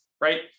right